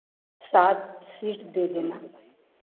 सात शीट दे देना